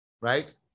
right